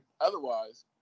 otherwise